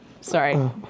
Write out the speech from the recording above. sorry